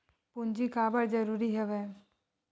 पूंजी काबर जरूरी हवय?